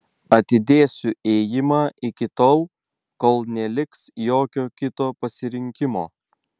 atidėsiu ėjimą iki tol kol neliks jokio kito pasirinkimo